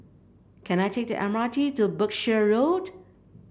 can I take the M R T to Berkshire Road